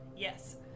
Yes